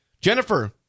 Jennifer